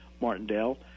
martindale